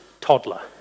toddler